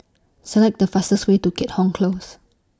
Select The fastest Way to Keat Hong Close